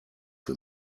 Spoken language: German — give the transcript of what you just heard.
für